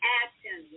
action